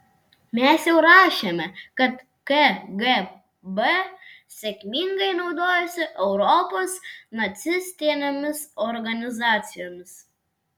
mes jau rašėme kad kgb sėkmingai naudojosi europos nacistinėmis organizacijomis